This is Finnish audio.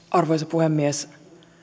arvoisa puhemies